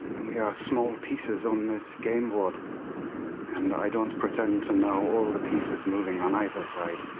we are small pieces on this game board and i don't pretend to know all the pieces moving on either side.